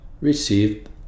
received